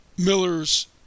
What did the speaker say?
Miller's